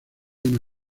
una